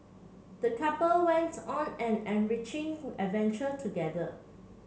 the couple went on an enriching adventure together